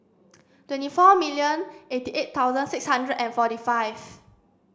twenty four million eighty eight thousand six hundred and forty five